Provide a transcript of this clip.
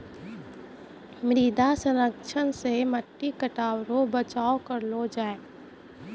मृदा संरक्षण से मट्टी कटाव रो बचाव करलो जाय